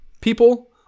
people